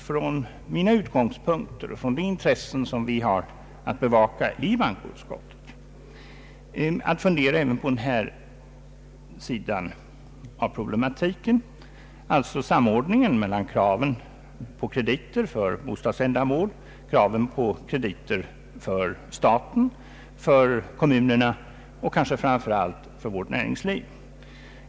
Från mina utgångspunkter och med de intressen jag har att bevaka i bankoutskottet är det naturligtvis ett problem att fundera på när det gäller denna samordning mellan kraven på krediter för bostadsändamål, kraven på krediter för staten, för kommunerna och kanske framför allt för vårt näringsliv.